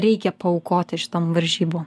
reikia paaukoti šitom varžybo